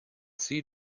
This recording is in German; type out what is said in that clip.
sie